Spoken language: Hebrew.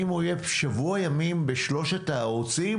אם הוא יהיה שבוע ימים בשלושת הערוצים,